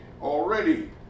already